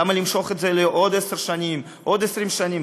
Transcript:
למה למשוך את זה עוד עשר שנים, עוד 20 שנים?